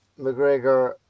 McGregor